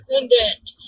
independent